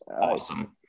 awesome